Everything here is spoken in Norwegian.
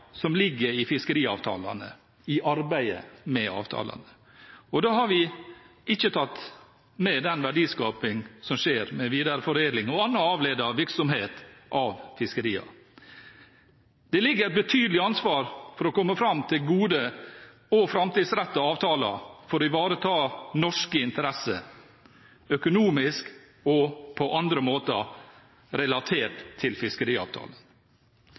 som ligger i arbeidet med fiskeriavtalene. Da har vi ikke tatt med den verdiskapingen som skjer med videreforedling og annen avledet virksomhet av fiskeriet. Det ligger et betydelig ansvar for å komme fram til gode og framtidsrettede avtaler for å ivareta norske interesser, økonomisk og på andre måter, relatert til fiskeriavtalen.